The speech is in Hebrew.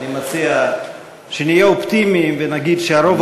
אני מציע שנהיה אופטימיים ונגיד שהרוב